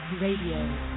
Radio